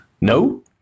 No